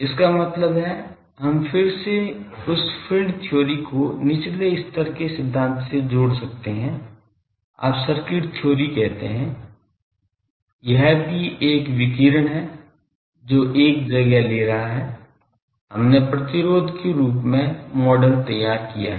इसका मतलब है हम फिर से उस फील्ड थ्योरी को निचले स्तर के सिद्धांत से जोड़ सकते हैं आप सर्किट थ्योरी कहते हैं यह भी एक विकिरण है जो एक जगह ले रहा है हमने प्रतिरोध के रूप में मॉडल तैयार किया है